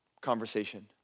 conversation